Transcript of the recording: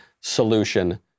solution